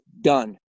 done